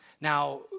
Now